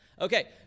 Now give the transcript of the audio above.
Okay